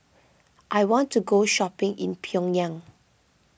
I want to go shopping in Pyongyang